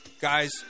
Guys